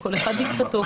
כל אחד בשפתו,